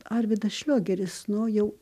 arvydas šliogeris nu jau